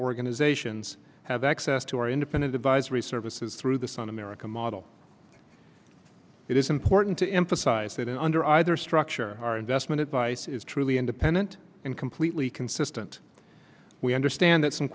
organizations have access to or independent advisory services through the sun america model it is important to emphasize that under either structure our investment advice is truly independent and completely consistent we understand that some